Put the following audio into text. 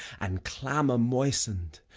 and clamour moisten'd.